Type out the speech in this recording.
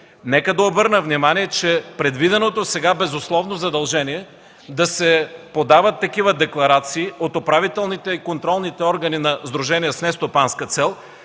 Нека да обърна внимание, че предвиденото сега безусловно задължение да се подават такива декларации от управителните и контролните органи на